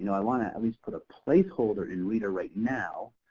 i want to at least put a placeholder in reta right now,